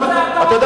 בטרור זה אתה.